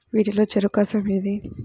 వీటిలో చెరకు కషాయం ఏది?